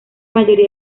mayoría